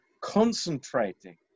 concentrating